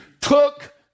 took